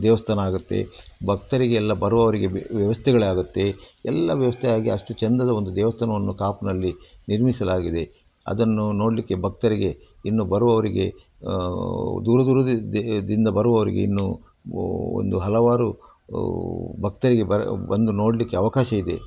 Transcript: ದೇವಸ್ಥಾನ ಆಗುತ್ತೆ ಭಕ್ತರಿಗೆಲ್ಲ ಬರೊ ಅವರಿಗೆ ವ್ಯವಸ್ಥೆಗಳು ಆಗುತ್ತೆ ಎಲ್ಲ ವ್ಯವಸ್ಥೆ ಆಗಿ ಅಷ್ಟು ಚೆಂದದ ಒಂದು ದೇವಸ್ಥಾನವನ್ನು ಕಾಪುನಲ್ಲಿ ನಿರ್ಮಿಸಲಾಗಿದೆ ಅದನ್ನು ನೋಡಲಿಕ್ಕೆ ಭಕ್ತರಿಗೆ ಇನ್ನು ಬರುವವರಿಗೆ ದೂರ ದೂರದಿ ದಿಂದ ಬರುವವರಿಗೆ ಇನ್ನು ಗೋ ಒಂದು ಹಲವಾರು ಭಕ್ತರಿಗೆ ಬ ಬಂದು ನೋಡಲಿಕ್ಕೆ ಅವಕಾಶ ಇದೆ